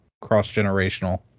cross-generational